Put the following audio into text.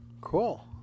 Cool